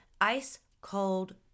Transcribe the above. ice-cold